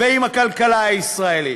ועם הכלכלה הישראלית.